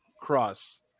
cross